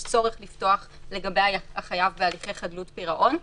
צורך לפתוח לגבי החייב בהליכי חדלות פירעון.